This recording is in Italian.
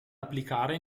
applicare